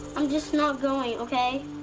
i'm just not going, okay?